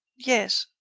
yes.